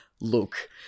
look